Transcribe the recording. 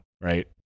right